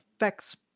affects